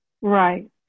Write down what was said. Right